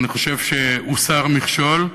אני חושב שהוסר מכשול,